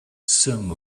some